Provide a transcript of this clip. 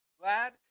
glad